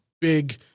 big